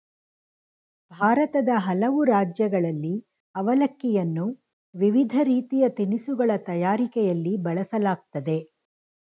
ಭಾರತದ ಹಲವು ರಾಜ್ಯಗಳಲ್ಲಿ ಅವಲಕ್ಕಿಯನ್ನು ವಿವಿಧ ರೀತಿಯ ತಿನಿಸುಗಳ ತಯಾರಿಕೆಯಲ್ಲಿ ಬಳಸಲಾಗ್ತದೆ